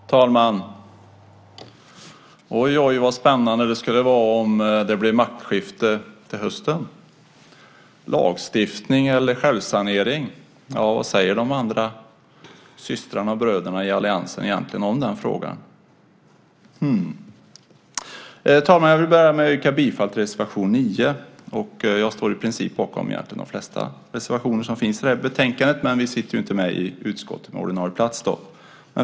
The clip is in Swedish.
Fru talman! Oj, oj, vad spännande det skulle vara om det blev maktskifte till hösten! Lagstiftning eller självsanering, vad säger de andra systrarna och bröderna i alliansen egentligen om den frågan? Hm! Fru talman! Jag vill börja med att yrka bifall till reservation 9. Jag står i princip bakom de flesta reservationer som finns i betänkandet. Miljöpartiet sitter inte med i utskottet med ordinarie plats.